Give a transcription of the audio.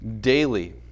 daily